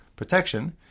Protection